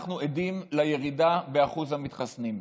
אנחנו עדים לירידה באחוז המתחסנים,